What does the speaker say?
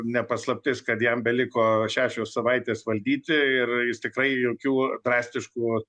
ne paslaptis kad jam beliko šešios savaitės valdyti ir jis tikrai jokių drastiškų